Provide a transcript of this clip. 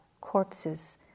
corpses